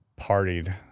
partied